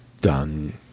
done